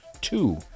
two